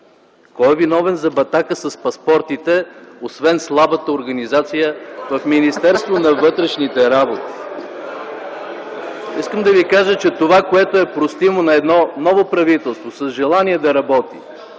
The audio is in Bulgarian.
Кой е виновен за батака с паспортите, освен слабата организация в Министерството на вътрешните работи? (Шум, реплики и смях от ГЕРБ.) Искам да ви кажа, че това, което е простимо на ново правителство с желание да работи,